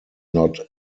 not